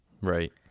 Right